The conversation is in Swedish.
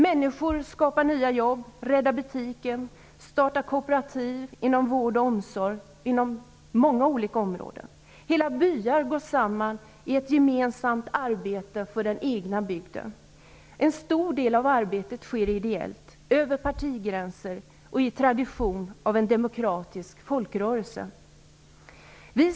Människor skapar nya jobb, räddar butiken, startar kooperativ inom vård och omsorg och på många olika områden. Hela byar går samman i ett gemensamt arbete för den egna bygden. En stor del av arbetet sker ideellt över partigränser och i den demokratiska folkrörelsens tradition.